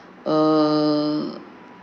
err